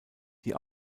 die